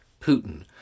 Putin